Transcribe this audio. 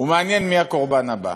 ומעניין מי הקורבן הבא.